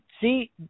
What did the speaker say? See